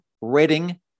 Reading